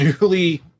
newly